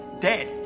dead